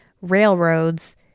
railroads